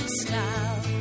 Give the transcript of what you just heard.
style